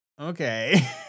okay